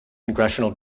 congressional